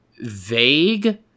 vague